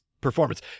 performance